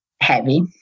heavy